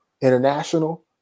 international